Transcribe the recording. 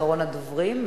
אחרון הדוברים,